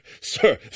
sir